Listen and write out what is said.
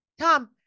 Tom